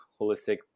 holistic